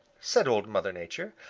said old mother nature.